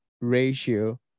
ratio